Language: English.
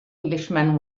englishman